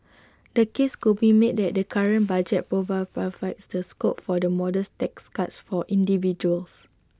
the case could be made that the current budget profile provides the scope for the modest tax cuts for individuals